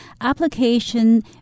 Application